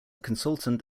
consultant